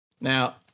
Now